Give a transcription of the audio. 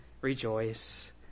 Rejoice